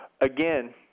again